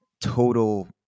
total